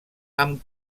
amb